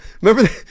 remember